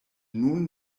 nun